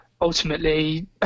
ultimately